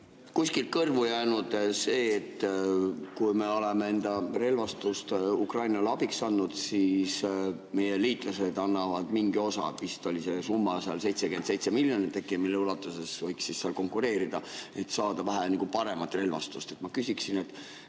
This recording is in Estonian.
Kuskilt on kõrvu jäänud see, et kui me oleme enda relvastust Ukrainale abiks andnud, siis meie liitlased annavad mingi osa, vist oli see summa 77 miljonit äkki, mille ulatuses võiks seal konkureerida, et saada vähe paremat relvastust. Ma küsin, kas